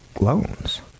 loans